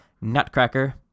Nutcracker